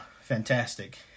fantastic